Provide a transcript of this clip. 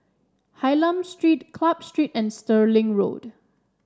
Hylam Street Club Street and Stirling Road